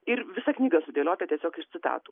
ir visa knyga sudėliota tiesiog iš citatų